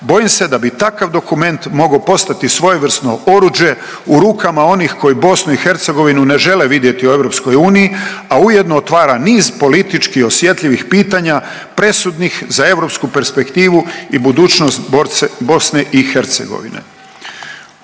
Bojim se da bi takav dokument mogao postati svojevrsno oruđe u rukama onima koji Bosnu i Hercegovinu ne žele vidjeti u Europskoj uniji, a ujedno otvara niz politički osjetljivih pitanja presudnih za europsku perspektivu i budućnost Bosne i Hercegovine.“